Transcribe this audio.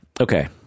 okay